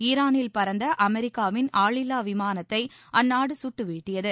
ஈராளில் பறந்த அமெரிக்காவின் ஆளில்லா விமானத்தை அந்நாடு சுட்டு வீழ்த்தியது